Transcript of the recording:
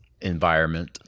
environment